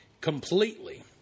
completely